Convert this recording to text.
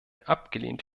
abgelehnt